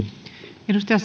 arvoisa